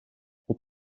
god